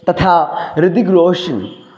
तथा रितिग् रोषन्